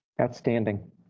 outstanding